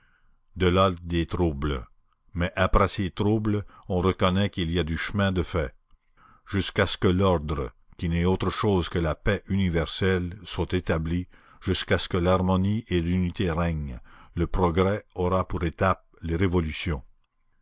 de là des troubles mais après ces troubles on reconnaît qu'il y a du chemin de fait jusqu'à ce que l'ordre qui n'est autre chose que la paix universelle soit établi jusqu'à ce que l'harmonie et l'unité règnent le progrès aura pour étapes les révolutions